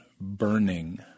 burning